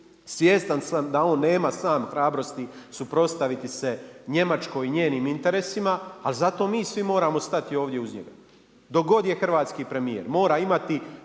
svjestan sam da on nema sam hrabrosti suprotstaviti se Njemačkoj i njenim interesima. Ali zato mi svi moramo stati ovdje uz njega dok god je hrvatski premijer, mora imati